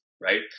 right